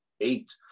eight